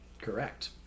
Correct